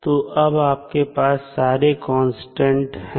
तो अब आपके पास सारे कांस्टेंट हैं